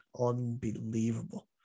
Unbelievable